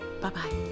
Bye-bye